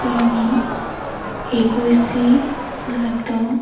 ତିନି ଏକୋଇଶ ସାତ